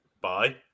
Bye